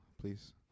please